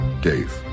Dave